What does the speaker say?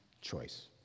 choice